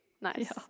Nice